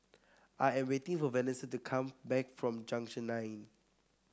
I am waiting for Venessa to come back from Junction Nine